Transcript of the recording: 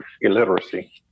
illiteracy